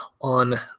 on